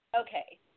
Okay